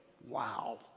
wow